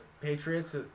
Patriots